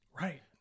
Right